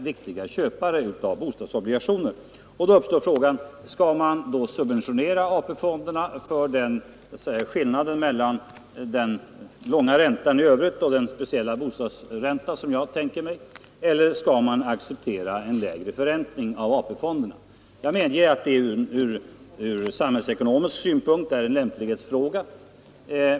Om man inför en särskild lägre kostnadsränta uppstår frågan om man skall subventionera AP-fonderna för skillnaden mellan den och räntan i övrigt eller om man skall acceptera en lägre förräntning av AP-fonderna. Ur samhällsekonomisk synpunkt är det en lämplighetsfråga.